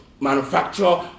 manufacture